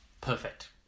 perfect